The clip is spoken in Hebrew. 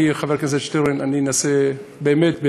חבר הכנסת שטרן, אני אנסה, באמת,